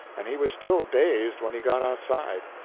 and he was still dazed when he got outside.